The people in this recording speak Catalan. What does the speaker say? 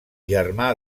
germà